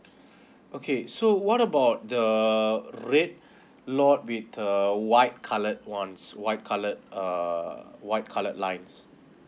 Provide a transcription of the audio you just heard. okay so what about the red lot with a white colorued ones white coloured uh white coloured lines